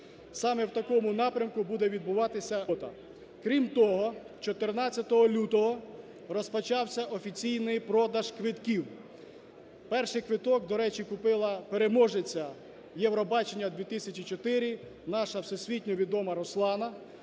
Саме у такому напрямку буде відбуватися робота. Крім того 14 лютого розпочався офіційний продаж квитків. Перший квиток, до речі, купила переможниця Євробачення-2004, наша всесвітньо відома Руслана.